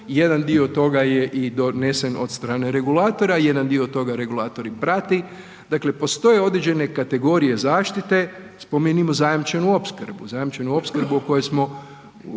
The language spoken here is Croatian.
jedan dio toga je i donesen od strane regulatora, jedan dio toga regulator i prati, dakle postoje određene kategorije zaštite, spomenimo zajamčenu opskrbu, zajamčenu opskrbu o kojoj smo